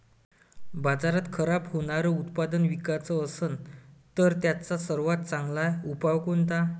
बाजारात खराब होनारं उत्पादन विकाच असन तर त्याचा सर्वात चांगला उपाव कोनता?